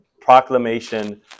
proclamation